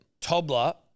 Tobler